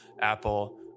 Apple